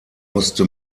musste